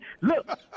look